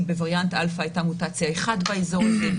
בווריאנט אלפא הייתה מוטציה אחת באזור הזה,